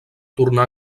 tornar